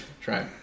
Try